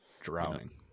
Drowning